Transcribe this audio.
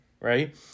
right